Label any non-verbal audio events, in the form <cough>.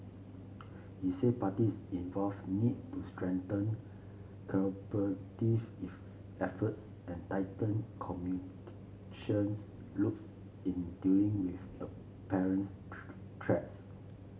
he said parties involved need to strengthen <unintelligible> efforts and tighten <unintelligible> loops in dealing with <unintelligible> a parents threats